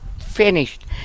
finished